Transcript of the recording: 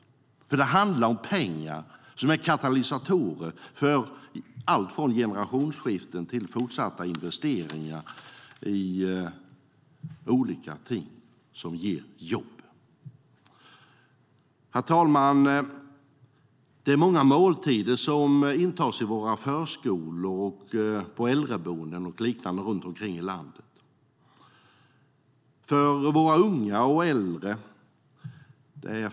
Det handlar om pengar som är katalysatorer för allt från generationsskiften till fortsatta investeringar i olika ting som ger jobb. Herr talman! Det är många måltider som intas i våra förskolor och på äldreboenden och liknande runt omkring i landet.